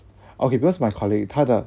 okay because my colleague 他的